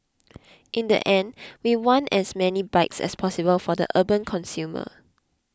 in the end we want as many bikes as possible for the urban consumer